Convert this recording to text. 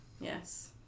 Yes